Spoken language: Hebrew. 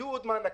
יהיו עוד מענקים,